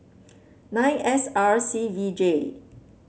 nine S R C V J